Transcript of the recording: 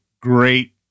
great